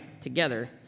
together